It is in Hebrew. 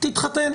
ותתחתן